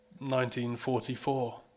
1944